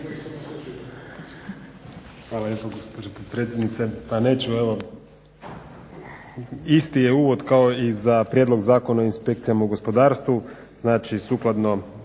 Hvala lijepo gospođo potpredsjenice. Pa neću, evo, isti je uvod kao i za Prijedlog zakona o inspekcijama u gospodarstvu. Znači, sukladno